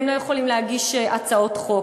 הם לא יכולים להגיש הצעות חוק,